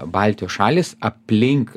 baltijos šalys aplink